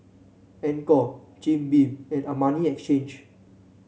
Anchor Jim Beam and Armani Exchange